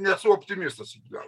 nesu optimistas iki galo